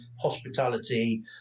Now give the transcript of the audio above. hospitality